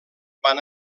van